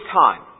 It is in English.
time